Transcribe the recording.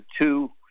two